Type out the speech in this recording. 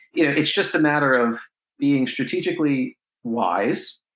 it's just a matter of being strategically wise,